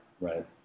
right